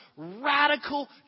Radical